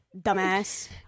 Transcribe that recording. Dumbass